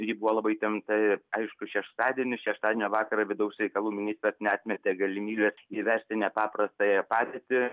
ji buvo labai tempta ir aišku šeštadienį šeštadienio vakarą vidaus reikalų ministras neatmetė galimybės įvesti nepaprastąją padėtį